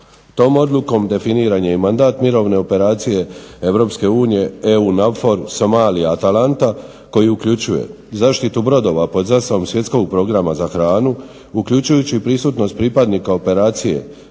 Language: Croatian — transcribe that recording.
Tom odlukom definiran je i mandat Mirovine operacije EU, "EU NAVFOR Somalija-Atalanta" koji uključuje zaštitu brodova pod zastavom Svjetskog programa za hranu, uključujući pripadnost pripadnika operacije na